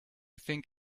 think